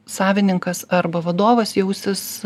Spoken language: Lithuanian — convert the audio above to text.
savininkas arba vadovas jausis